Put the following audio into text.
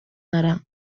دارم